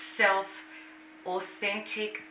self-authentic